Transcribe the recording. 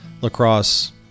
lacrosse